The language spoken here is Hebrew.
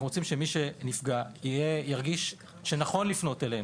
אנחנו רוצים שמי שנפגע ירגיש שנכון לפנות אלינו,